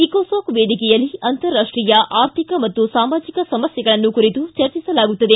ಇಕೋಸೋಕ್ ವೇದಿಕೆಯಲ್ಲಿ ಅಂತರಾಷ್ಟೀಯ ಆರ್ಥಿಕ ಮತ್ತು ಸಾಮಾಜಿಕ ಸಮಸ್ಠೆಗಳನ್ನು ಕುರಿತು ಚರ್ಚಿಸಲಾಗುತ್ತದೆ